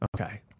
Okay